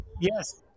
Yes